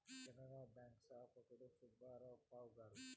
Canara bank స్థాపకుడు సుబ్బారావు పాయ్ గారు